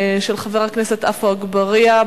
של חבר הכנסת עפו אגבאריה,